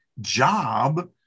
job